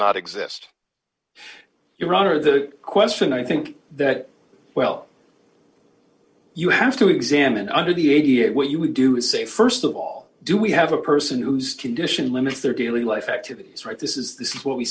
not exist your honor the question i think that well you have to examine under the a t f what you would do is say st of all do we have a person whose condition limits their daily life activity is right this is this what we